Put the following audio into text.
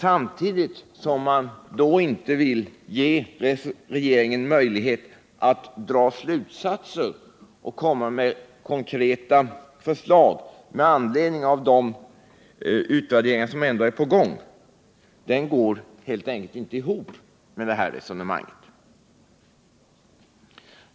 samtidigt som man inte vill ge regeringen möjlighet att dra slutsatser och komma med konkreta förslag med anledning av de utvärderingar som ändå är på gång. Det resonemanget går helt enkelt inte ihop.